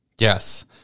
yes